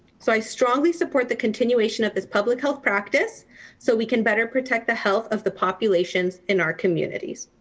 so i strongly support the continuation of his public health practice so we can better protect the health of the populations in our communities.